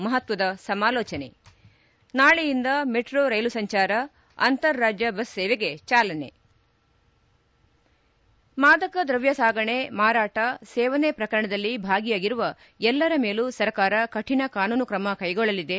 ಮಹತ್ವದ ಸಮಾಲೋಚನೆ ನಾಳೆಯಿಂದ ಮೆಟ್ರೋ ರೈಲು ಸಂಚಾರ ಅಂತರ್ ರಾಜ್ಯ ಬಸ್ ಸೇವೆಗೆ ಚಾಲನೆ ು ಮಾದಕ ದ್ರವ್ಯ ಸಾಗಾಣೆ ಮಾರಾಟ ಸೇವನೆ ಪ್ರಕರಣದಲ್ಲಿ ಭಾಗಿಯಾಗಿರುವ ಎಲ್ಲರ ಮೇಲೂ ಸರ್ಕಾರ ಕರಿಣ ಕಾನೂನು ಕ್ರಮ ಕೈಗೊಳ್ಳಲಿದೆ